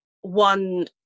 one